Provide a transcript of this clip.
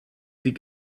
sie